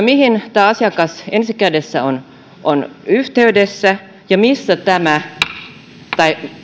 mihin tämä asiakas ensi kädessä on on yhteydessä ja missä tai